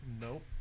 Nope